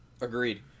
agreed